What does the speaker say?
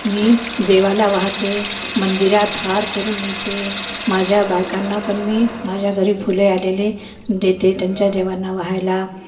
मी देवाला वाहते मंदिरात हार करून नेते माझ्या बायकांना पण मी माझ्या घरी फुले आलेले देते त्यांच्या देवांना वाहायला